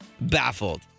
Baffled